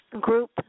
group